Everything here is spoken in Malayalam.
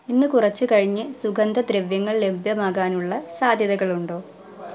ഇന്ന് കുറച്ച് കഴിഞ്ഞ് സുഗന്ധദ്രവ്യങ്ങൾ ലഭ്യമാകാനുള്ള സാധ്യതകളുണ്ടോ